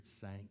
sank